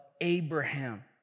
Abraham